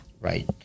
Right